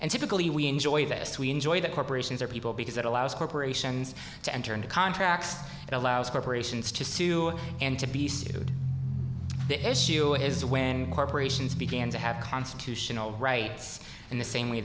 and typically we enjoy this we enjoy that corporations are people because it allows corporations to enter into contracts it allows corporations to sue and to be sued the issue is that when corporations began to have constitutional rights in the same way